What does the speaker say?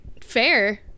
Fair